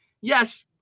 Yes